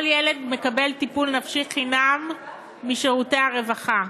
כל ילד מקבל טיפול נפשי חינם משירותי הרווחה.